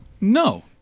No